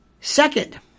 Second